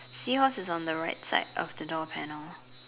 seahorse is on the right side of the door panel